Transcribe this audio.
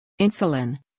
Insulin